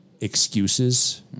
excuses